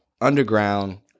underground